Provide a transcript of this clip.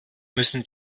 müssen